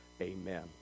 amen